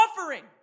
offering